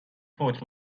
فوت